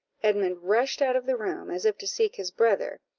edmund rushed out of the room, as if to seek his brother,